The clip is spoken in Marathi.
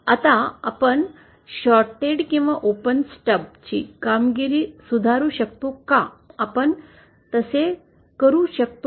आता आपण या शॉर्टेड किंवा ओपेन स्टबची कामगिरी सुधारू शकतो का आपण तसे करू शकतो का